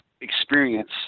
experience